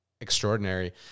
extraordinary